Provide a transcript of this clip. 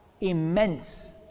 immense